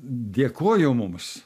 dėkojo mums